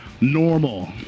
normal